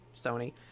Sony